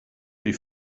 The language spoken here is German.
die